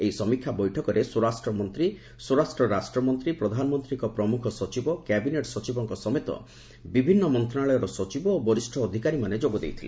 ଏହି ସମୀକ୍ଷା ବୈଠକରେ ସ୍ୱରାଷ୍ଟ୍ର ମନ୍ତ୍ରୀ ସ୍ୱରାଷ୍ଟ୍ର ରାଷ୍ଟ୍ରମନ୍ତ୍ରୀ ପ୍ରଧାନମନ୍ତ୍ରୀଙ୍କ ପ୍ରମୁଖ ସଚିବ କ୍ୟାବିନେଟ୍ ସଚିବଙ୍କ ସମେତ ବିଭିନ୍ନ ମନ୍ତ୍ରଣାଳୟର ସଚିବ ଏବଂ ବରିଷ୍ଣ ଅଧିକାରୀମାନେ ଯୋଗ ଦେଇଥିଲେ